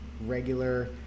regular